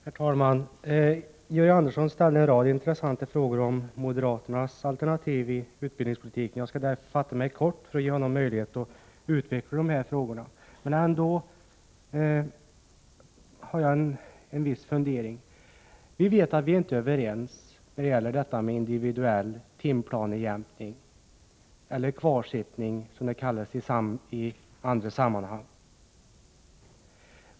Herr talman! Georg Andersson ställde en rad intressanta frågor om moderaternas alternativ i utbildningspolitiken. Jag skall därför fatta mig kort för att ge honom möjlighet att utveckla dessa frågor. Jag har en fundering. Vi vet att vi inte är överens om detta med individuell timplanejämkning, eller kvarsittning som det kallas i andra sammanhang.